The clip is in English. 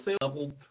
level